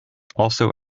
also